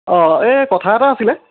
অঁ এই কথা এটা আছিলে